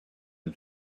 and